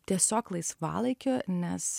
tiesiog laisvalaikiu nes